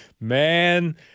Man